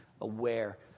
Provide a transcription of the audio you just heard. aware